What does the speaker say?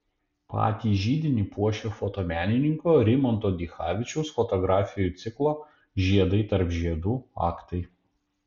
patį židinį puošia fotomenininko rimanto dichavičiaus fotografijų ciklo žiedai tarp žiedų aktai